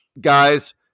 guys